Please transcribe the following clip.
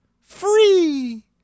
Free